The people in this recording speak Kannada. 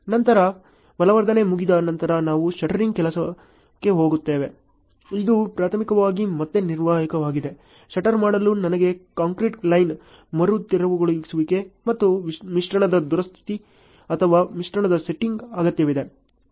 ನಂತರ ಬಲವರ್ಧನೆ ಮುಗಿದ ನಂತರ ನಾವು ಶಟ್ಟರಿಂಗ್ ಕೆಲಸಕ್ಕೆ ಹೋಗುತ್ತೇವೆ ಇದು ಪ್ರಾಥಮಿಕವಾಗಿ ಮತ್ತು ನಿರ್ಣಾಯಕವಾಗಿದೆ ಶಟರ್ ಮಾಡಲು ನನಗೆ ಕಾಂಕ್ರೀಟ್ ಲೈನ್ ಮರು ತೆರವುಗೊಳಿಸುವಿಕೆ ಮತ್ತು ಮಿಶ್ರಣದ ದುರಸ್ತಿ ಅಥವಾ ಮಿಶ್ರಣದ ಸೆಟ್ಟಿಂಗ್ ಅಗತ್ಯವಿದೆ